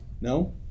No